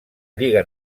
lliga